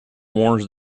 warns